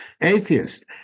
Atheist